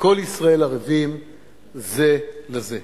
כל ישראל ערבים זה לזה.